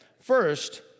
First